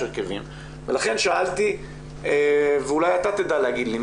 הרכבים ולכן שאלתי ואולי אתה תדע להגיד לי,